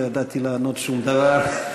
לא ידעתי לענות שום דבר.